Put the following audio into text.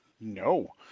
No